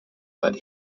but